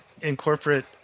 incorporate